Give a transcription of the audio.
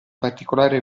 particolare